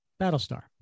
Battlestar